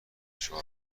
چکار